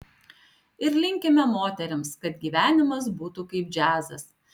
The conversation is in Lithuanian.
ir linkime moterims kad gyvenimas būtų kaip džiazas